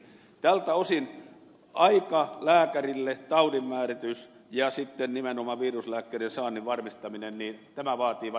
tältä osin aika lääkärille taudinmääritys ja sitten nimenomaan viruslääkkeiden saannin varmistaminen vaativat varmasti vielä hiontaa